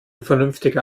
vernünftiger